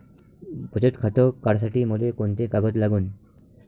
बचत खातं काढासाठी मले कोंते कागद लागन?